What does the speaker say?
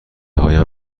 هایم